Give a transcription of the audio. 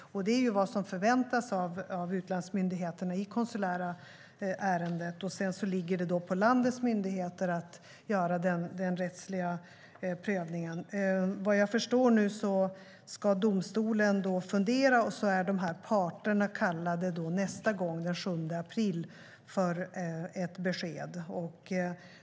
Det är vad som förväntas av utlandsmyndigheterna i det konsulära ärendet. Den rättsliga prövningen ligger på landets myndigheter. Vad jag förstår ska domstolen fundera, och så är parterna kallade den 7 april för ett besked.